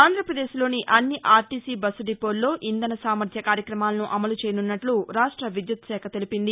రాష్టంలోని అన్ని RTC bus డిపోల్లో ఇంధన సామర్థ్య కార్యక్రమాలను అమలు చేయనున్నట్లు రాష్ట విద్యుత్తు శాఖ తెలిపింది